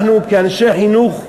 אנחנו, כאנשי חינוך,